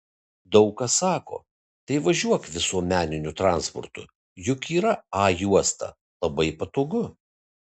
daug kas sako tai važiuok visuomeniniu transportu juk yra a juosta labai patogu